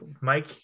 Mike